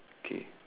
okay